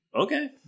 okay